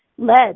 Lead